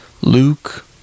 Luke